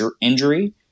injury